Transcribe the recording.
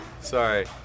Sorry